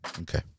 Okay